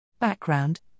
Background